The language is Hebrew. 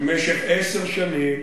במשך עשר שנים,